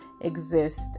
Exist